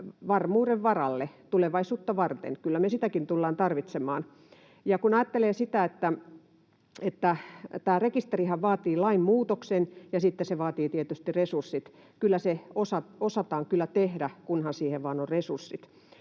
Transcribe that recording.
varmuuden varalle, tulevaisuutta varten. Kyllä me sitäkin tullaan tarvitsemaan. Tämä rekisterihän vaatii lainmuutoksen, ja sitten se vaatii tietysti resurssit. Se osataan kyllä tehdä, kunhan siihen vain on resurssit.